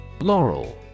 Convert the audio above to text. Laurel